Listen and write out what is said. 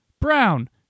Brown